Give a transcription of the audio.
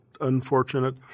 unfortunate